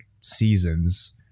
Seasons